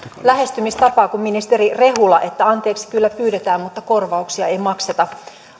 lähestymistapaa kuin ministeri rehula että anteeksi kyllä pyydetään mutta korvauksia ei makseta